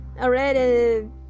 already